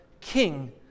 king